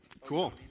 Cool